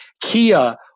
Kia